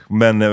men